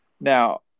Now